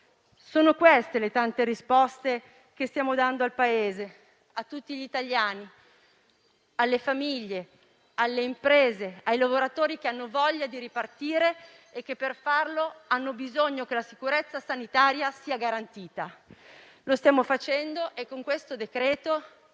Sono queste le tante risposte che stiamo dando al Paese, a tutti gli italiani, alle famiglie, alle imprese, ai lavoratori che hanno voglia di ripartire e che, per farlo, hanno bisogno che la sicurezza sanitaria sia garantita. Lo stiamo facendo e con questo decreto,